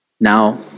Now